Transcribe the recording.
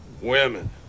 Women